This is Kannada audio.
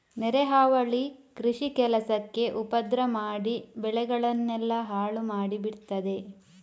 ನೆರೆ ಹಾವಳಿ ಕೃಷಿ ಕೆಲಸಕ್ಕೆ ಉಪದ್ರ ಮಾಡಿ ಬೆಳೆಗಳನ್ನೆಲ್ಲ ಹಾಳು ಮಾಡಿ ಬಿಡ್ತದೆ